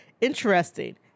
interesting